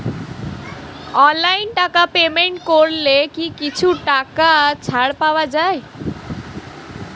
অনলাইনে টাকা পেমেন্ট করলে কি কিছু টাকা ছাড় পাওয়া যায়?